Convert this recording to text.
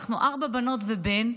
אנחנו ארבע בנות ובן,